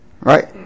right